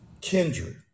kindred